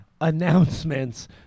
announcements